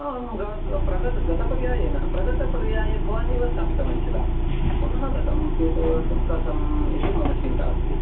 आं प्रगत गतपर्याये न प्रगतपर्याये भवानेव स्थापितवान् खिल पुनः गतं कुतः गतं इति मम चिन्ता अस्ति